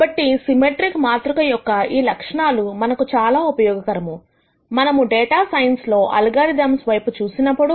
కాబట్టి సిమెట్రిక్ మాతృక యొక్క ఈ లక్షణాలు మనకు చాలా ఉపయోగకరం మనము డేటా సైన్స్ లో అల్గోరిథమ్స్ వైపు చూసినప్పుడు